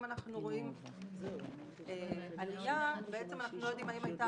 אם אנחנו רואים עלייה אנחנו לא יודעים האם הייתה